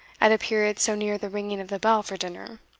at a period so near the ringing of the bell for dinner,